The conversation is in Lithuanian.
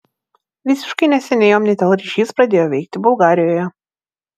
visiškai neseniai omnitel ryšis pradėjo veikti bulgarijoje